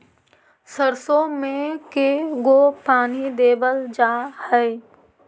सरसों में के गो पानी देबल जा है?